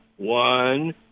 One